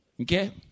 Okay